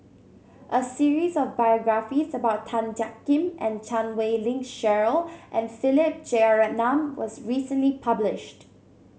a series of biographies about Tan Jiak Kim and Chan Wei Ling Cheryl and Philip Jeyaretnam was recently published